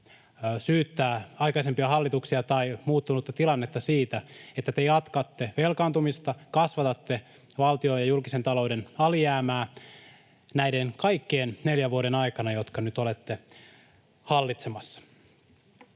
syyttää aikaisempia hallituksia tai muuttunutta tilannetta siitä, että te jatkatte velkaantumista, kasvatatte valtion ja julkisen talouden alijäämää näiden kaikkien neljän vuoden aikana, jotka nyt olette hallitsemassa.